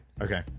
Okay